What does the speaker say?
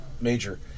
major